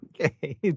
Okay